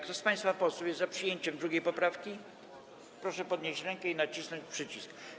Kto z państwa posłów jest za przyjęciem 2. poprawki, proszę podnieść rękę i nacisnąć przycisk.